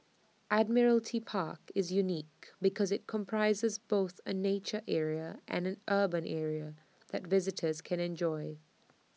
Admiralty Park is unique because IT comprises both A nature area and an urban area that visitors can enjoy